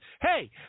hey